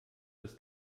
das